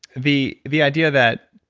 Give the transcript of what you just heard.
the the idea that